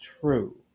true